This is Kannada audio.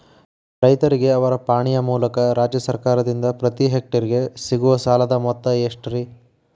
ರೈತರಿಗೆ ಅವರ ಪಾಣಿಯ ಮೂಲಕ ರಾಜ್ಯ ಸರ್ಕಾರದಿಂದ ಪ್ರತಿ ಹೆಕ್ಟರ್ ಗೆ ಸಿಗುವ ಸಾಲದ ಮೊತ್ತ ಎಷ್ಟು ರೇ?